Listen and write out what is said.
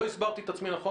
לא הסברתי את עצמי נכון.